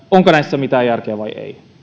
onko näissä mitään järkeä vai ei